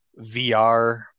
VR